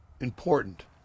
important